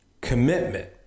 Commitment